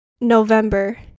November